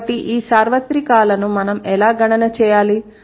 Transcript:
కాబట్టి ఈ సార్వత్రికాలను మనం ఎలా గణన చేయాలి